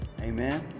amen